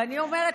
ואני אומרת,